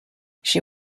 she